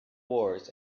wars